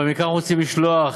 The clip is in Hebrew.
מכאן אנחנו רוצים לשלוח